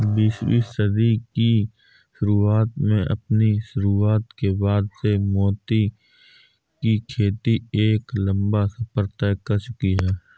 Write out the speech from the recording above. बीसवीं सदी की शुरुआत में अपनी शुरुआत के बाद से मोती की खेती एक लंबा सफर तय कर चुकी है